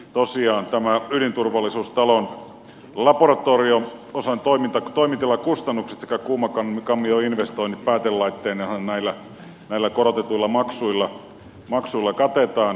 tosiaan tämän ydinturvallisuustalon laboratorio osan toimitilakustannukset sekä kuumakammioinvestoinnit päätelaitteineen näillä korotetuilla maksuilla katetaan